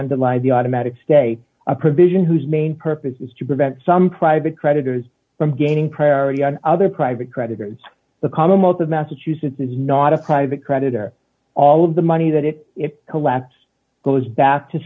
underlie the automatic stay a provision whose main purpose is to prevent some private creditors from gaining priority on other private creditors the commonwealth of massachusetts is not a private creditor all of the money that it collapse goes back to